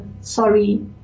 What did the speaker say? sorry